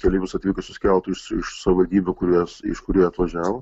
keleivius atvykusius keltu iš savivaldybių kurias iš kurių jie atvažiavo